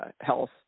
health